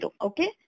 okay